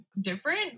different